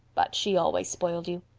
but she always spoiled you.